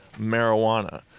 marijuana